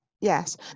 Yes